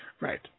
Right